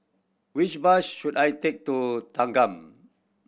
which bus should I take to Thanggam